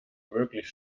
möglich